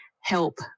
help